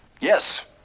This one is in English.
Yes